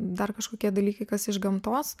dar kažkokie dalykai kas iš gamtos